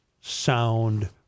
sound